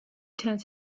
turns